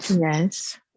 Yes